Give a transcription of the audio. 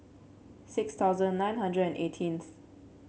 six thousand nine hundred eighteenth